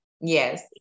Yes